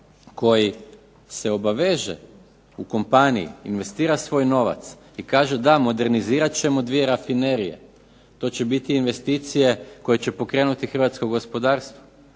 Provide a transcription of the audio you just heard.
koji se obaveže u kompaniji, investira svoj novac i kaže, da modernizirat ćemo dvije rafinerije. To će biti investicije koje će pokrenuti hrvatsko gospodarstvo.